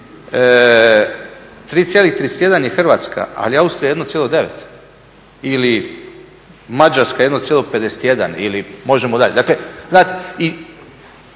3,31 je Hrvatska, ali je Austrija 1,9 ili Mađarska 1,51, možemo dalje, znate